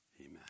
Amen